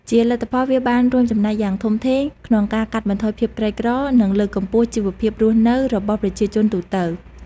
ជាលទ្ធផល វាបានរួមចំណែកយ៉ាងធំធេងក្នុងការកាត់បន្ថយភាពក្រីក្រ និងលើកកម្ពស់ជីវភាពរស់នៅរបស់ប្រជាជនទូទៅ។